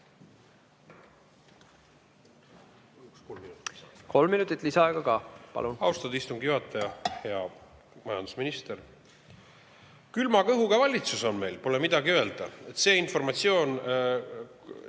Kolm minutit lisaaega ka. Palun!